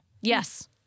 Yes